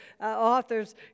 authors